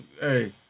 Hey